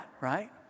right